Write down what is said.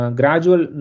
gradual